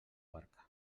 barca